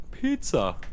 pizza